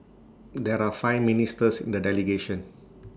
there are five ministers in the delegation